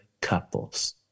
couples